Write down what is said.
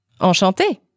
Enchanté